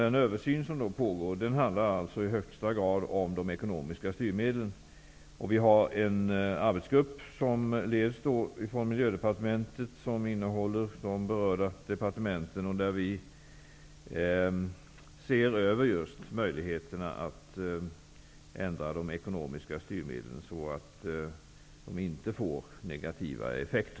Den översyn som nu pågår handlar i högsta grad om de ekonomiska styrmedlen. Det finns en arbetsgrupp som består av representanter från berörda departement, som ser över just möjligheten att ändra de ekonomiska styrmedlen så, att de inte får negativa effekter.